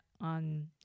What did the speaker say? on